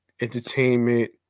entertainment